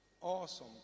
awesome